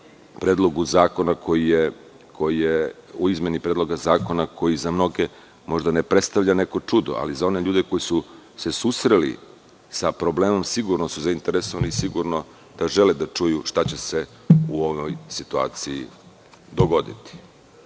raspravljamo o jednoj izmeni predloga zakona, koji za mnoge ne predstavlja možda neko čudo, ali za oni ljudi koji su se susreli sa problemom, sigurno su zainteresovani i sigurno da žele da čuju šta će se u ovoj situaciji dogoditi. Sigurno